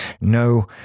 No